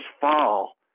fall